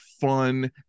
fun